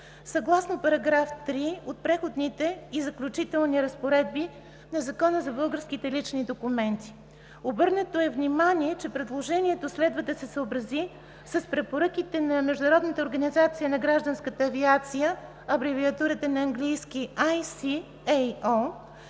съгласно § 3 от Преходните и заключителни разпоредби на Закона за българските лични документи. Обърнато е внимание, че предложението следва да се съобрази и с препоръките на Международната организация на гражданската авиация. Абревиатурата на английски ICAO